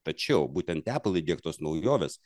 tačiau būtent apple įdiegtos naujovės